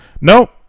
no